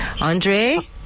Andre